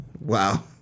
wow